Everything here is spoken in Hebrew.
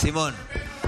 סימון.